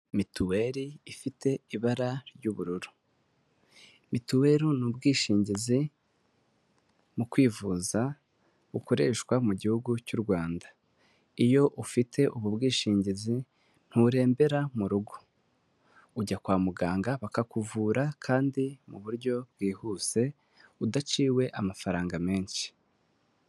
Mituweli ifite ibara ry'ubururu mituweli n'ubwishingizi mu kwivuza ukoreshwa mu gihugu cy'Urwanda iyo ufite ubu bwishingizi nturembera mu rugo. Ujya kwa muganga bakakuvura kandi mu buryo bwihuse udaciwe amafaranga menshi.